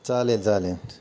चालेल चालेल